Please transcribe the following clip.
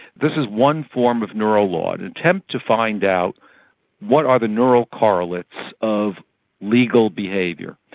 this is one form of neurolaw, an attempt to find out what are the neural correlates of legal behaviour.